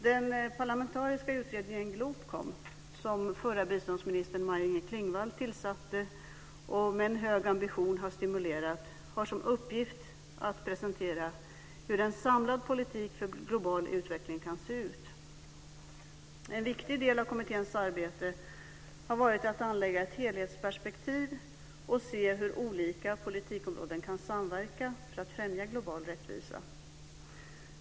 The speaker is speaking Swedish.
Den parlamentariska utredningen, Globkom, som förra biståndsministern Maj-Inger Klingvall tillsatte och har stimulerat med en hög ambition, har som uppgift att presentera hur en samlad politik för global utveckling kan se ut. En viktig del av kommitténs arbete har varit att anlägga ett helhetsperspektiv och se hur olika politikområden kan samverka för att främja global rättvisa.